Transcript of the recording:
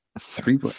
Three